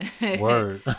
Word